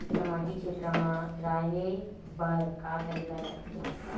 सामाजिक क्षेत्र मा रा हे बार का करे ला लग थे